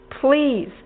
please